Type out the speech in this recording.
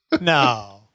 No